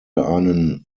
einen